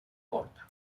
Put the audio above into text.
corta